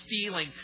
stealing